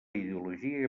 ideologia